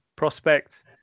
prospect